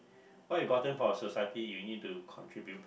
what you gotten from the society you need to contribute